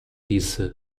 disse